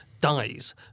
dies